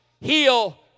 heal